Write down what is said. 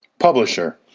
publisher